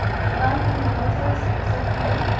have i any relatives except you?